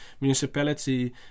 municipality